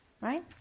Right